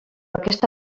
aquesta